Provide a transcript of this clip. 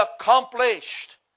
accomplished